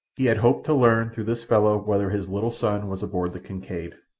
he had hoped to learn through this fellow whether his little son was aboard the kincaid,